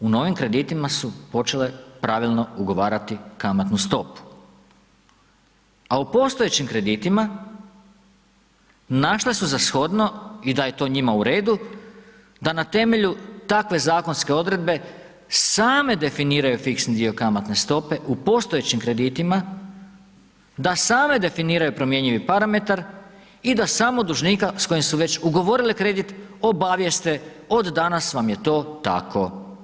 U novim kreditima su počele pravilno ugovarati kamatnu stopu, a u postojećim kreditima našle su za shodno i da je to njima u redu da na temelju takve zakonske odredbe same definiraju fiksni dio kamatne stope u postojećim kreditima, da same definiraju promjenjivi parametar i da samo dužnika s kojim su već ugovorile kredit obavijeste od danas vam je to tako.